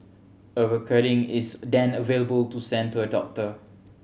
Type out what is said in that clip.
a recording is then available to send to a doctor